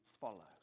follow